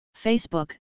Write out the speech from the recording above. Facebook